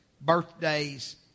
Birthdays